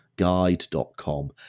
guide.com